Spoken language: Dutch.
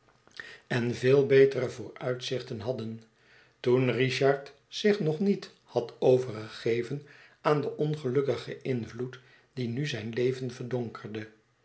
en veel betere vooruitzichten hadden toen richard zich nog niet had overgegeven aan den ongelukkigen invloed die nu zijn leven